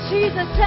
Jesus